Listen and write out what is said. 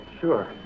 Sure